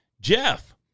Jeff